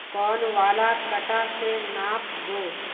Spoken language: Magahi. कौन वाला कटा से नाप बो?